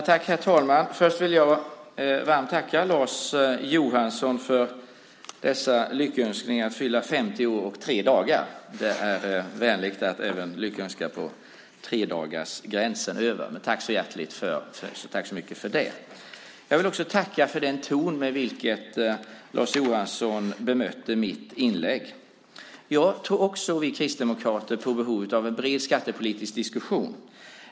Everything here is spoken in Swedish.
Herr talman! Först vill jag varmt tacka Lars Johansson för dessa lyckönskningar, för att jag fyller 50 år och tre dagar. Det är vänligt att lyckönska även efter tre dagar. Tack så mycket för det! Jag vill också tacka för den ton med vilken Lars Johansson bemötte mitt inlägg. Jag och vi kristdemokrater tror också på behovet av en bred skattepolitisk diskussion.